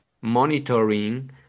monitoring